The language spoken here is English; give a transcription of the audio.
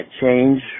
change